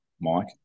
Mike